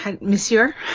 Monsieur